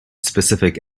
specific